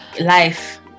life